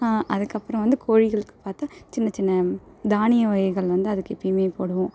அதுக்கு அப்புறம் வந்து கோழிகளுக்கு பார்த்தா சின்ன சின்ன தானிய வகைகள் வந்து அதுக்கு எப்பயுமே போடுவோம்